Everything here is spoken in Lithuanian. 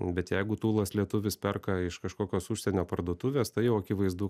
bet jeigu tūlas lietuvis perka iš kažkokios užsienio parduotuvės tai jau akivaizdu